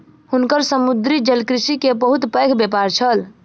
हुनकर समुद्री जलकृषि के बहुत पैघ व्यापार छल